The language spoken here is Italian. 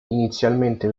inizialmente